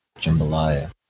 Jambalaya